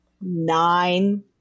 nine